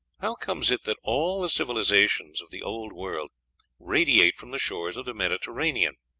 how comes it that all the civilizations of the old world radiate from the shores of the mediterranean?